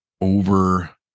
over